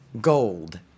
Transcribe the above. gold